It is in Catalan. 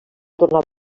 tornar